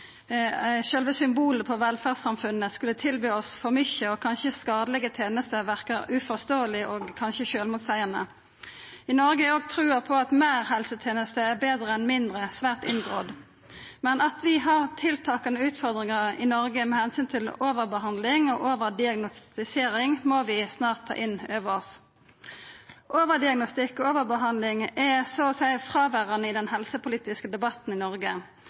sjølve symbolet på velferdssamfunnet, skulle tilby oss for mykje og kanskje skadelege tenester, verkar uforståeleg og kanskje sjølvmotseiande. I Noreg er trua på at meir helseteneste er betre enn mindre svært inngrodd. Men at vi har tiltakande utfordringar i Noreg med omsyn til overbehandling og overdiagnostisering, må vi snart ta inn over oss. Overdiagnostikk og overbehandling er så å seia fråverande i den helsepolitiske debatten i Noreg.